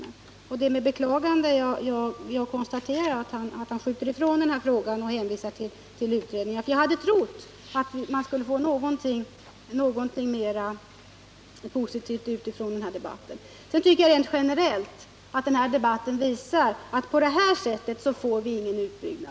Det är med beklagande jag konstaterar att han skjuter ifrån sig denna fråga och hänvisar till utredningar. Jag hade trott att vi skulle få ut något mer positivt av denna debatt. Rent generellt visar denna diskussion att vi på detta sätt inte får någon utbyggnad.